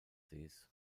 sees